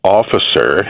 officer